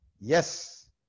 Yes